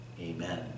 Amen